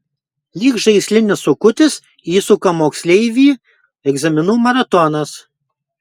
lyg žaislinis sukutis įsuka moksleivį egzaminų maratonas